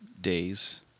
days